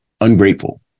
ungrateful